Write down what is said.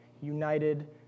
united